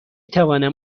توانم